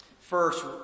First